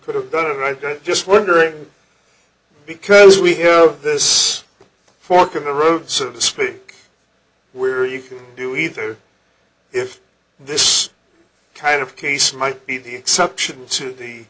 could have done right just wondering because we have this fork in the road so to speak where you can do either if this kind of case might be the exception to the